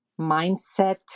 mindset